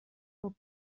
del